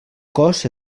cos